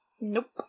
Nope